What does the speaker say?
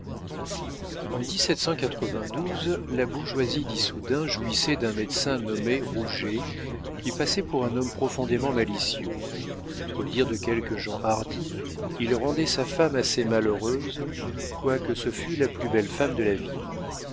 en la bourgeoisie d'issoudun jouissait d'un médecin nommé rouget qui passait pour un homme profondément malicieux au dire de quelques gens hardis il rendait sa femme assez malheureuse quoique ce fût la plus belle femme de la ville